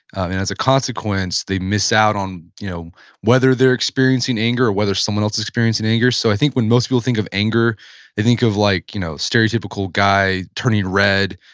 and as a consequence they miss out on you know whether they're experiencing anger, whether someone else is experiencing anger, so i think when most people think of anger they think of like you know stereotypical guy turning red,